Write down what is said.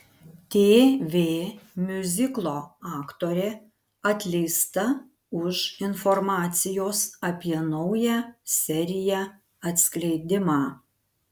tv miuziklo aktorė atleista už informacijos apie naują seriją atskleidimą